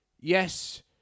yes